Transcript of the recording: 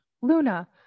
luna